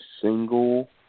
single